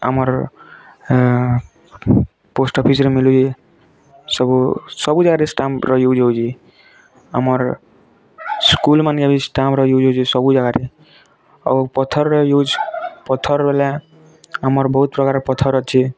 ଆମର ପୋଷ୍ଟ ଅଫିସରେ ମିଳେ ଇଏ ସବୁ ସବୁ ଜାଗାରେ ଷ୍ଟାମ୍ପର ୟୁଜ ହଉଛି ଆମର ସ୍କୁଲମାନଙ୍କର ବି ଷ୍ଟାମ୍ପ ୟୁଜ ହଉଛି ସବୁ ଜାଗାରେ ଆଉ ପଥରର ୟୁଜ ପଥର ବାଲା ଆମର ବହୁତ ପ୍ରକାର ର ପଥର ଅଛି